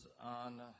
on